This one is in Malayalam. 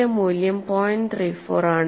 34 ആണ്